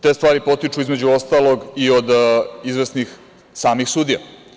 Te stvari potiču, između ostalog, i od izvesnih samih sudija.